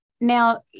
Now